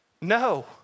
no